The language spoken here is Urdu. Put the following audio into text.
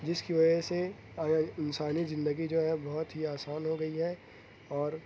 جس کی وجہ سے انسانی زندگی جو ہے بہت ہی آسان ہو گئی ہے اور